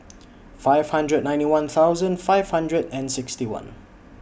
five hundred and ninety one thousand five hundred and sixty one